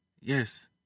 Yes